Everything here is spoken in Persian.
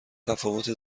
تفاوت